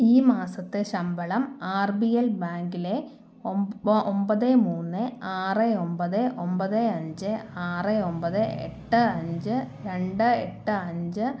ഈ മാസത്തെ ശമ്പളം ആർ ബി എൽ ബാങ്കിലെ ഒമ്പൊ ഒമ്പത് മൂന്ന് ആറ് ഒമ്പത് ഒമ്പത് അഞ്ച് ആറ് ഒമ്പത് എട്ട് അഞ്ച് രണ്ട് എട്ട് അഞ്ച്